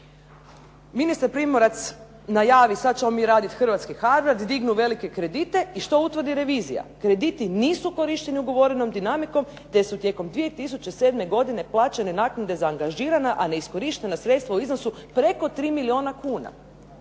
Ministar Primorac najavi sad ćemo mi raditi hrvatski hardver, dignu velike kredite. I što utvrdi revizija? Krediti nisu korišteni ugovorenom dinamikom te su tijekom 2007. godine plaćene naknade za angažirana a neiskorištena sredstva u iznosu preko 3 milijuna kuna.